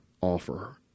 offer